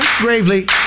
gravely